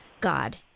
God